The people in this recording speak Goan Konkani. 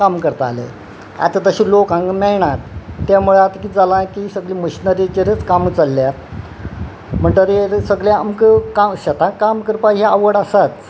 काम करताले आतां तशें लोक हांग मेळणात त्यामुळे आतां किद जालां की सगळे मशिनरीचेरच काम चल्ल्यात म्हणटरीर सगळें आमकां शेतांक काम करपाक ही आवड आसाच